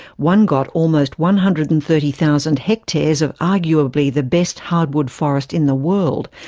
one got almost one hundred and thirty thousand hectares of arguably the best hardwood forest in the world.